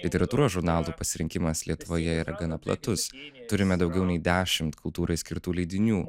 literatūros žurnalų pasirinkimas lietuvoje yra gana platus turime daugiau nei dešimt kultūrai skirtų leidinių